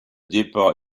départ